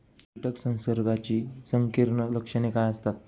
कीटक संसर्गाची संकीर्ण लक्षणे काय असतात?